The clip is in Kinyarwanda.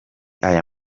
aya